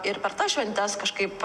ir per tas šventes kažkaip